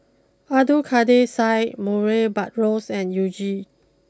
Abdul Kadir Syed Murray Buttrose and you Jin